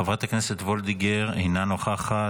חברת הכנסת וולדיגר, אינה נוכחת.